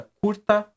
curta